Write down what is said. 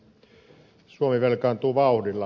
suomi velkaantuu vauhdilla